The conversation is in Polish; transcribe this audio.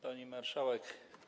Pani Marszałek!